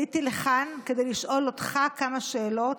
עליתי לכאן כדי לשאול אותך כמה שאלות,